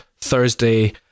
Thursday